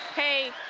hey,